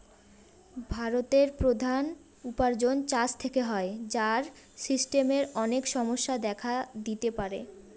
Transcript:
ভারতের প্রধান উপার্জন চাষ থেকে হয়, যার সিস্টেমের অনেক সমস্যা দেখা দিতে পারে